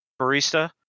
barista